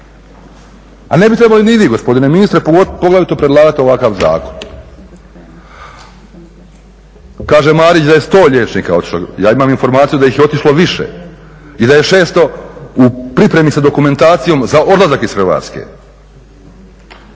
A ne bi trebali ni vi gospodine ministre, poglavito predlagati ovakav zakon. Kaže Marić da je 100 liječnika otišlo, ja imam informaciju da ih je otišlo više i da je 600 u pripremi sa dokumentacijom za odlazak iz Hrvatske.